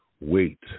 Wait